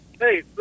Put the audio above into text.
Hey